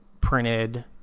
printed